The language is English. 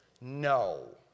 No